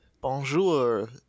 Bonjour